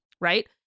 right